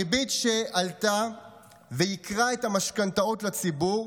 הריבית שעלתה וייקרה את המשכנתאות לציבור,